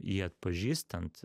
jį atpažįstant